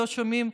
לא שומעים,